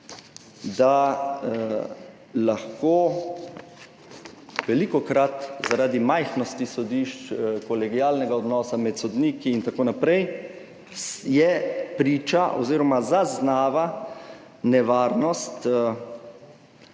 je lahko velikokrat zaradi majhnosti sodišč, kolegialnega odnosa med sodniki in tako naprej priča oziroma da zaznava nevarnost